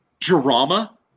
drama